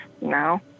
no